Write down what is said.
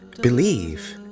Believe